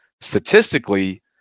statistically